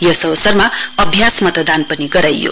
यस अवसरमा अम्यास मतदान पनि गराइयो